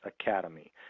Academy